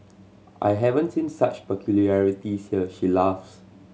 I haven't seen such peculiarities here she laughs